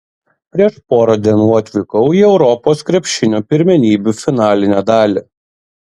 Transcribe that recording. prieš porą dienų atvykau į europos krepšinio pirmenybių finalinę dalį